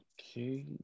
Okay